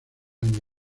año